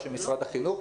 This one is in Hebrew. שמשרד החינוך,